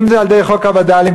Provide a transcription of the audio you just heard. אם על-ידי חוק הווד"לים,